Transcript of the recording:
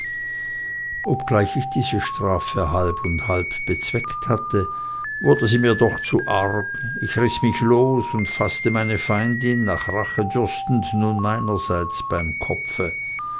obgleich ich diese strafe halb und halb bezweckt hatte wurde sie mir doch zu arg ich riß mich los und faßte meine feindin nach rache dürstend nun meinerseits beim kopfe